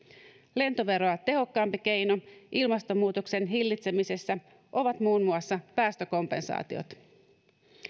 lentoveroa tehokkaampi keino ilmastonmuutoksen hillitsemisessä ovat muun muassa päästökompensaatiot